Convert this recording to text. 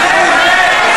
וקסניה סבטלובה הצביעו נגד.